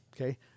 okay